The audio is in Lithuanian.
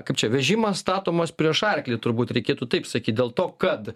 kaip čia vežimas statomas prieš arklį turbūt reikėtų taip sakyt dėl to kad